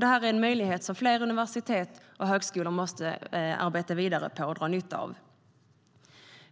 Detta är en möjlighet som fler universitet och högskolor måste arbeta vidare på och dra nytta av.